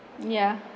ya